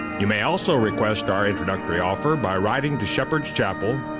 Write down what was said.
you may also request our introductory offer by writing to shepherd's chapel,